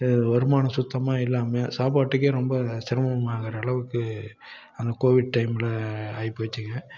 வருமானம் சுத்தமாக இல்லாமல் சாப்பாட்டுக்கு ரொம்ப சிரமமாகிற அளவுக்கு கோவிட் டைமில் ஆகி போச்சுங்க